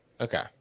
Okay